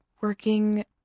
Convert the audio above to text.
working